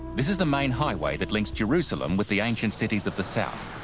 this is the main highway that links jerusalem with the ancient cities of the south.